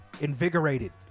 invigorated